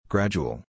Gradual